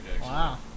Wow